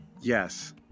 Yes